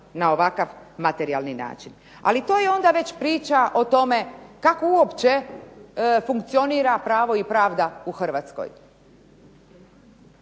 na ovakav materijalni način. Ali to je onda već priča o tome kako uopće funkcionira pravo i pravda u Hrvatskoj?